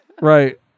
Right